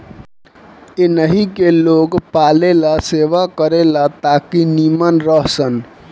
एहनी के लोग पालेला सेवा करे ला ताकि नीमन रह सन